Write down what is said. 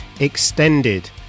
Extended